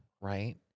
right